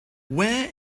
where